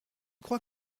crois